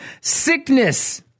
sickness